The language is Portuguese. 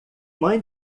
mãe